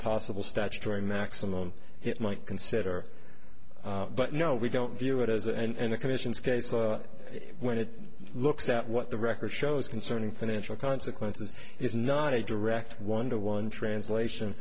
possible statutory maximum it might consider but no we don't view it as that and the commission's case when it looks at what the record shows concerning financial consequences is not a direct one to one translation